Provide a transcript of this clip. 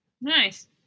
Nice